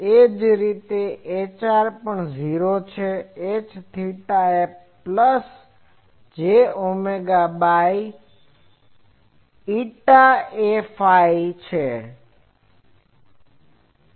એ જ રીતે Hr પણ 0 છે Hθ એ plus j omega by η Aφ છે